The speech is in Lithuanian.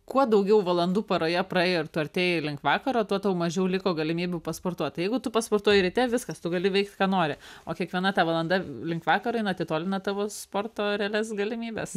kuo daugiau valandų paroje praėjo ir tu artėji link vakaro tuo tau mažiau liko galimybių pasportuot tai jeigu tu pasportuoji ryte viskas tu gali veikt ką nori o kiekviena ta valanda link vakaro jin atitolina tavo sporto realias galimybes